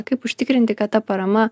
kaip užtikrinti kad ta parama